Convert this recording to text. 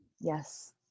Yes